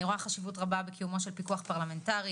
אני רואה חשיבות רבה בקיומו של פיקוח פרלמנטרי